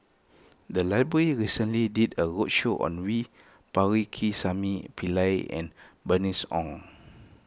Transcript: the library recently did a roadshow on V Pakirisamy Pillai and Bernice Ong